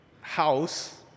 house